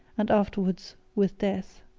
and afterwards with death.